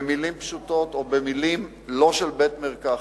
במלים פשוטות או במלים לא של בית-מרקחת,